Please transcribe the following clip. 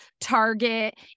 Target